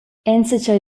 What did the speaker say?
enzatgei